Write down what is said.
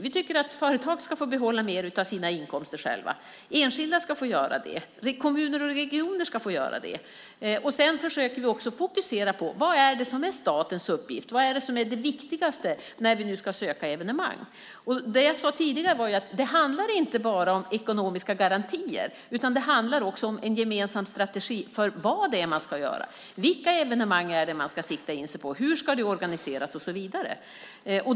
Vi tycker att företag ska få behålla mer av sina inkomster själva, enskilda ska få göra det, kommuner och regioner ska få göra det. Sedan försöker vi fokusera på vad som är statens uppgift och vad som är det viktigaste när vi ska söka evenemang. Jag sade tidigare att det inte bara handlar om ekonomiska garantier utan också om en gemensam strategi för vad det är man ska göra, vilka evenemang man ska sikta in sig på, hur det ska organiseras och så vidare.